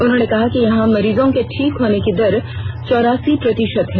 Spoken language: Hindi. उन्होंने कहा कि यहां मरीजों के ठीक होने की दर चौरासी प्रतिशत है